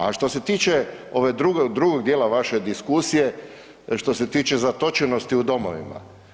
A što se tiče ovog drugog dijela vaše diskusije, što se tiče zatočenosti u domovima.